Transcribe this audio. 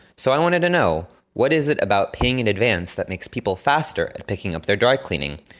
so i wanted to know what is it about paying in advance that makes people faster at picking up their dry cleaning?